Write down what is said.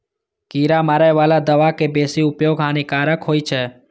कीड़ा मारै बला दवा के बेसी उपयोग हानिकारक होइ छै